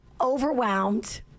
overwhelmed